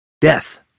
Death